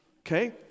Okay